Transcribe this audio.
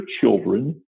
children